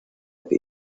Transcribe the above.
que